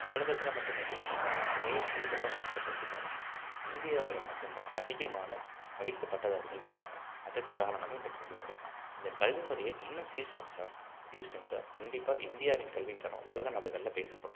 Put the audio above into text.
தமிழகத்தில் மட்டுமே கிட்டத்தட்ட நிறைய பள்ளிகளை அவங்க திறக்க வேண்டியதாக இருக்கும் இந்தியாவில் மட்டுந்தான் அதிகமான படித்த பட்டதாரிகள் இருக்காங்க அதுக்கு காரணமும் இந்த கல்வி முறைதான் இந்த கல்வி முறையை இன்னும் சீர்ரமச்சா சீர் செஞ்சால் கண்டிப்பாக இந்தியாவின் கல்வித்தரம் உலக நாடுகளில் பேசப்படும்